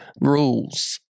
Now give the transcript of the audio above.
rules